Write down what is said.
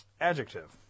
Adjective